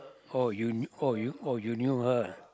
oh you knew knew oh you oh you you knew her